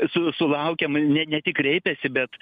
su sulaukiam ne ne tik kreipiasi bet